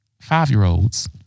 five-year-olds